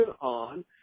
on